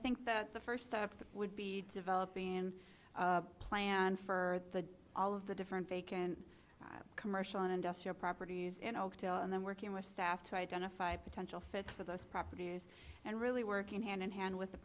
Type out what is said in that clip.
think that the first step would be developing in a plan for the all of the different vacant commercial and industrial properties in oakdale and then working with staff to identify potential fit for those properties and really working hand in hand with the